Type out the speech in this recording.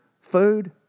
food